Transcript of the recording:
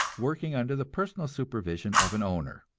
working under the personal supervision of an owner,